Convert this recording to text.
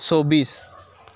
চৌবিছ